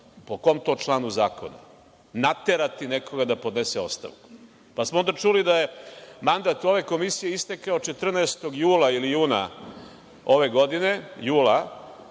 Po kom to članu zakona naterati nekoga da podnese ostavku? Pa smo onda čuli da je mandat ove komisije istekao 14. jula ove godine, a